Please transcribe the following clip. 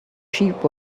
sheep